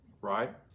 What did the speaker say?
right